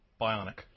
Bionic